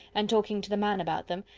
and talking to the man about them,